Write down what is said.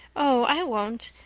oh, i won't.